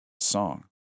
Song